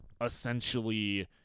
essentially